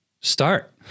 start